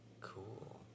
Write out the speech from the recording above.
Cool